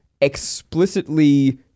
explicitly